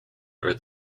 are